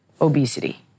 obesity